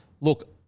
look